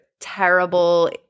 terrible –